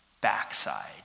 backside